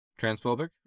transphobic